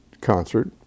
concert